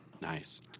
Nice